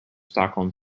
stockholm